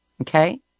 Okay